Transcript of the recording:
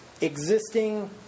existing